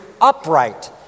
upright